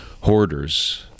hoarders